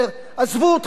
למה להסתבך?